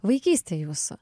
vaikystė jūsų